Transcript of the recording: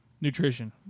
nutrition